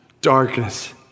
darkness